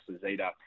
Zeta